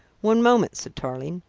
one moment, said tarling.